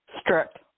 Strict